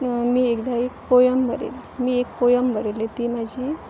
मी एकदां एक पोयम बरयल्ली एक पोयम बरयल्ली ती म्हाजी